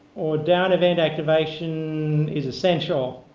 or down event activation is essential.